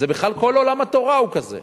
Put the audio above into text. כל עולם התורה הוא כזה.